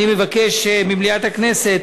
אני מבקש ממליאת הכנסת